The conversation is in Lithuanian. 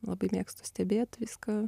labai mėgstu stebėt viską